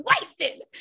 wasted